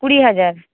কুড়ি হাজার